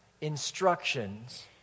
instructions